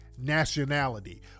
nationality